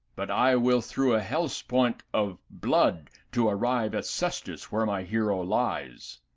but i will through a hellespont of blood, to arrive at cestus where my hero lies.